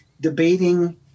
Debating